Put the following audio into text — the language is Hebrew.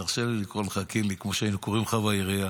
תרשה לי לקרוא לך קינלי כמו שהיינו קוראים לך בעירייה,